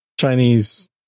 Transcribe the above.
Chinese